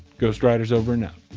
ghostwriter's over and